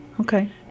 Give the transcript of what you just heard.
Okay